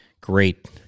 Great